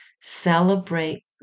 Celebrate